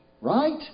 Right